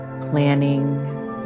planning